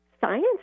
science